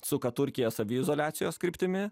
suka turkiją saviizoliacijos kryptimi